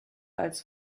als